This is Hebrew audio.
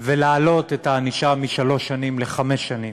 ולהעלות את הענישה משלוש שנים לחמש שנים,